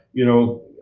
you know,